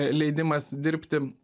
leidimas dirbti